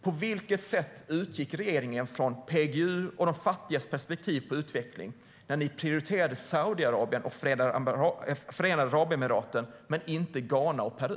På vilket sätt utgick regeringen från PGU och de fattigas perspektiv på utveckling när ni prioriterade Saudiarabien och Förenade Arabemiraten men inte Ghana och Peru?